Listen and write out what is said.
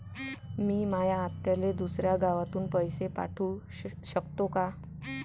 मी माया आत्याले दुसऱ्या गावातून पैसे पाठू शकतो का?